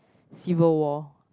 Civil-War